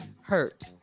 hurt